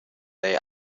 their